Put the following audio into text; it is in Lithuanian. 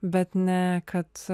bet ne kad